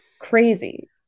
crazy